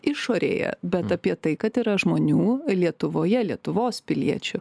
išorėje bet apie tai kad yra žmonių lietuvoje lietuvos piliečių